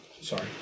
Sorry